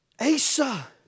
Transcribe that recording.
Asa